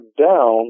down